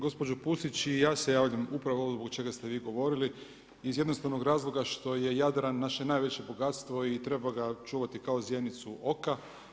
Gospođo Pusić i ja se javljam upravo zbog čega ste vi govorili iz jednostavnog razloga što je Jadran naše najveće bogatstvo i treba ga čuvati kao zjenicu oka.